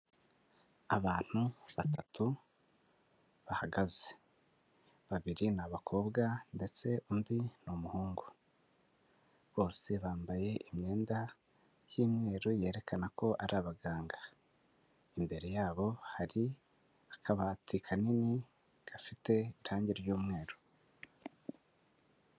Abantu batatu bahagaze. Babiri ni abakobwa ndetse undi ni umuhungu. Bose bambaye imyenda y'umweru yerekana ko ari abaganga. Imbere yabo hari akabati kanini gafite irangi ry'umweru.